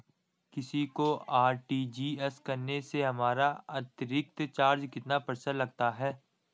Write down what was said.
किसी को आर.टी.जी.एस करने से हमारा अतिरिक्त चार्ज कितने प्रतिशत लगता है?